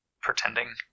pretending